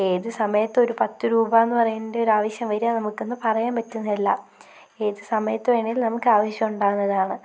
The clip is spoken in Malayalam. ഏത് സമയത്തൊരു പത്ത് രൂപാന്ന് പറയേണ്ടൊരാവശ്യം വരുക നമുക്കെന്ന് പറയാൻ പറ്റുന്നതല്ല ഏത് സമയത്ത് വേണേലും നമുക്കാവശ്യം ഉണ്ടാകുന്നതാണ്